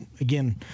Again